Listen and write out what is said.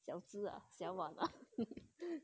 小只啊小碗吧